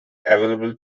available